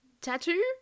Tattoo